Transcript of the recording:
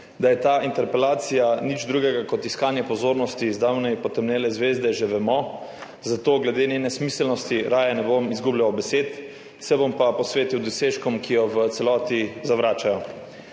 Da ni ta interpelacija nič drugega kot iskanje pozornosti zdavnaj potemnele zvezde, že vemo, zato glede njene smiselnosti raje ne bom izgubljal besed. Se bom pa posvetil dosežkom, ki jo v celoti zavračajo.